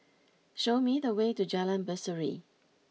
show me the way to Jalan Berseri